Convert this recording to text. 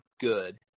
good